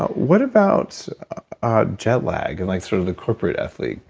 what about jet lag and like sort of the corporate athlete.